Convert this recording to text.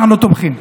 אנחנו תומכים.